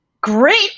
Great